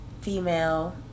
female